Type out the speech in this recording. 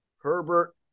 Herbert